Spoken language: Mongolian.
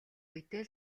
үедээ